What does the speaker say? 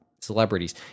celebrities